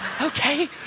okay